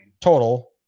Total